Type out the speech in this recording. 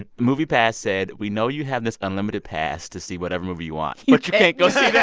ah moviepass said, we know you have this unlimited pass to see whatever movie you want, but you can't go see that